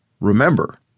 Remember